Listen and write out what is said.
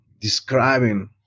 describing